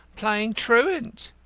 playing truant,